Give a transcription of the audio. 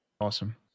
Awesome